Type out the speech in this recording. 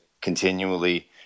continually